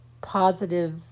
positive